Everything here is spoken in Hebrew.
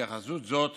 התייחסות זאת